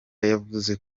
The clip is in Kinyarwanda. yavuze